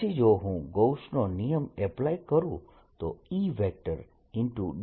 પછી જો હું ગૌસનો નિયમ એપ્લાય કરું તો E